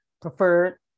Preferred